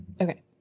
Okay